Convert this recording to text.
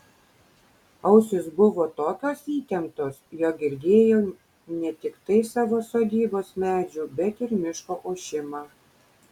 ausys buvo tokios įtemptos jog girdėjau ne tiktai savo sodybos medžių bet ir miško ošimą